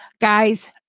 guys